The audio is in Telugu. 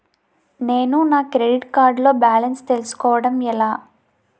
నేను నా క్రెడిట్ కార్డ్ లో బాలన్స్ తెలుసుకోవడం ఎలా?